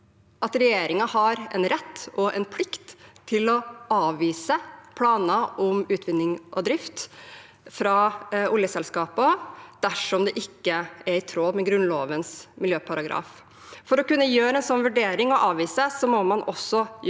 at regjeringen har en rett og en plikt til å avvise planer om utvinning og drift fra oljeselskaper dersom det ikke er i tråd med Grunnlovens miljøparagraf. For å kunne gjøre en slik vurdering og avvise det må man også ha gjort